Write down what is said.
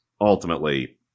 ultimately